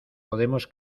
podemos